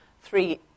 three